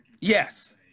Yes